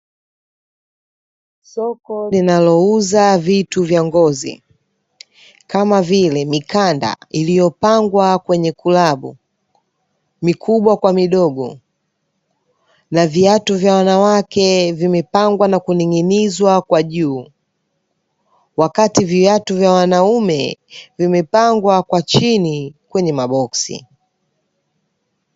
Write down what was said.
Soko linalouza vitu vya ngozi, kama vile mikanda iliyopangwa kwenye kulabu, mikubwa kwa midogo na viatu vya wanawake vimepangwa na kuning'nizwa kwa juu wakati viatu vya wanaume vimepangwa kwa chini kwenye maboksi.